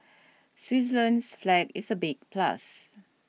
Switzerland's flag is a big plus